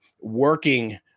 working